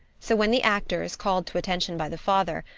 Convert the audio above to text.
so when the actors, called to attention by the father,